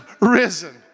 risen